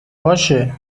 باشه